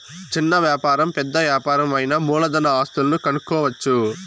చిన్న వ్యాపారం పెద్ద యాపారం అయినా మూలధన ఆస్తులను కనుక్కోవచ్చు